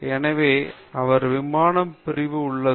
எனவே அவர் விமானம் பிரிவு உள்ளது